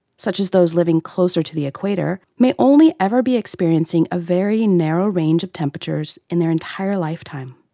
such as those living closer to the equator, may only ever be experiencing a very narrow range of temperatures in their entire lifetime.